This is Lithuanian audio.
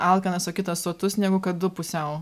alkanas o kitas sotus negu kad du pusiau